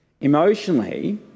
Emotionally